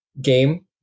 game